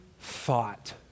thought